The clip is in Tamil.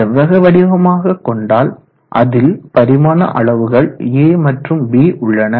செவ்வக வடிவமாக கொண்டால் அதில் பரிமாண அளவுகள் A மற்றும் B உள்ளன